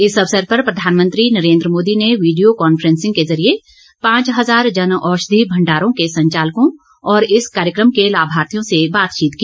इस अवसर पर प्रधानमंत्री नरेन्द्र मोदी ने वीडियो कांफ्रेंसिंग के जरिये पांच हजार जन औषधि भण्डारों के संचालकों और इस कार्यक्रम के लाभार्थियों से बातचीत की